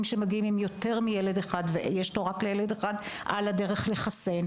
שמגיעים עם יותר מילד אחד ועל הדרך לחסן,